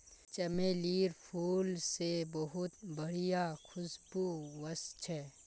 चमेलीर फूल से बहुत बढ़िया खुशबू वशछे